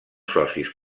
socis